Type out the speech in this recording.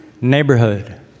neighborhood